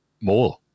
more